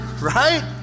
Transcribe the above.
Right